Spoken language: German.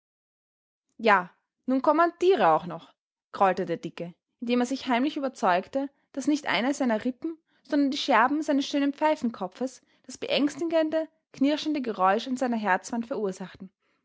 ja nun kommandiere auch noch grollte der dicke indem er sich heimlich überzeugte daß nicht eine seiner rippen sondern die scherben seines schönen pfeifenkopfes das beängstigende knirschende geräusch an seiner herzwand verursachten